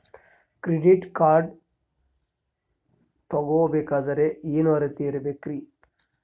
Credit card ತೊಗೋ ಬೇಕಾದರೆ ಏನು ಅರ್ಹತೆ ಇರಬೇಕ್ರಿ?